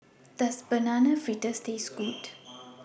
Does Banana Fritters Taste Good